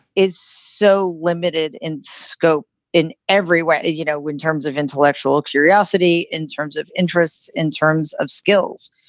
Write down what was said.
is so limited in scope in every way, you know, in terms of intellectual curiosity, in terms of interests, in terms of skills.